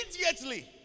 immediately